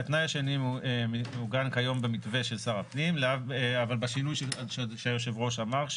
התנאי השני מעוגן כיום במתווה של שר הפנים אבל בשינוי שהיושב-ראש אמר,